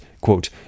quote